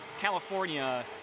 California